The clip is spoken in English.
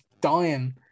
dying